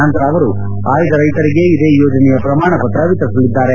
ನಂತರ ಅವರು ಆಯ್ದ ರೈತರಿಗೆ ಇದೇ ಯೋಜನೆಯ ಪ್ರಮಾಣ ಪತ್ರ ವಿತರಿಸಲಿದ್ದಾರೆ